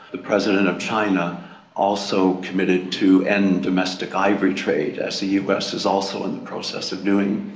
the president of china also committed to end domestic ivory trade, as the us is also in the process of doing,